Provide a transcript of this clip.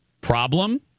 Problem